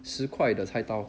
十块的菜刀